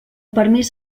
permís